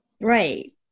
Right